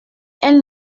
elle